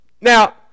Now